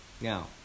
Now